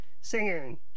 singing